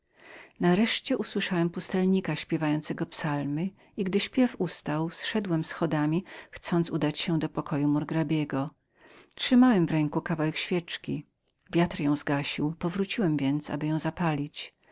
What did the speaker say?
nareszcie usłyszałem śpiewającego pustelnika i gdy śpiew ustał zszedłem schodami chcąc udać się do pokoju murgrabiego trzymałem w ręku kawałek łojowej świeczki wiatr ją zagasił powróciłem aby ją zapalić